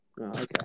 okay